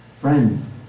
Friend